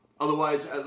Otherwise